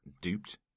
duped